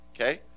okay